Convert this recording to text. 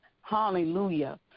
hallelujah